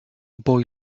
boy